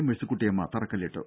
മെഴ്സിക്കുട്ടിയമ്മ തറക്കല്ലിട്ടു